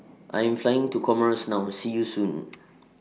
I Am Flying to Comoros now See YOU Soon